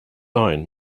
iron